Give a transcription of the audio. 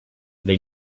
they